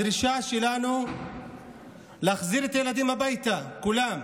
הדרישה שלנו היא להחזיר את הילדים הביתה, כולם.